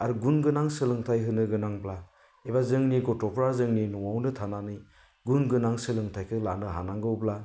आरो गुन गोनां सोलोंथाइ होनो गोनांब्ला एबा जोंनि गथ'फ्रा जोंनि न'आवनो थानानै गुन गोनां सोलोंथाइखौ लानो हानांगौब्ला